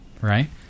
right